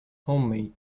homemade